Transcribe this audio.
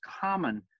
common